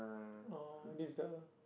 orh this the